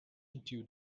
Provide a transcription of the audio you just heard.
into